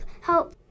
help